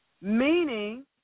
meaning